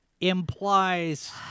implies